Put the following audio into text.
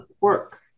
work